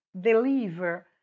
deliver